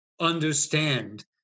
understand